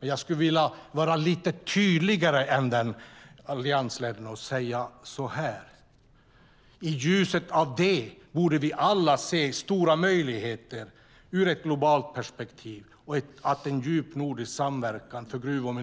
I det perspektivet skulle jag vilja vara lite tydligare än alliansledaren och säga så här: I ljuset av det borde vi alla se stora möjligheter ur ett globalt perspektiv och se att en djup nordisk samverkan i gruv och